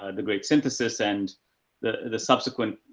ah the great synthesis and the the subsequent,